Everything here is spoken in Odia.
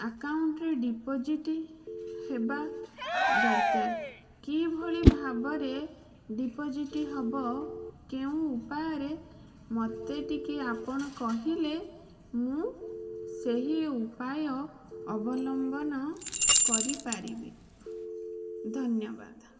ଆକାଉଣ୍ଟରେ ଡିପୋଜିଟ୍ ହେବା ଦରକାର କିଭଳି ଭାବରେ ଡିପୋଜିଟ୍ ହେବ କେଉଁ ଉପାୟରେ ମୋତେ ଟିକେ ଆପଣ କହିଲେ ମୁଁ ସେହି ଉପାୟ ଅବଲମ୍ବନ କରିପାରିବି ଧନ୍ୟବାଦ